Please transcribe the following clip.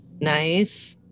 nice